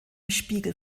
spiegel